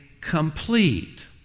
complete